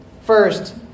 First